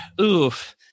oof